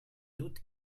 dut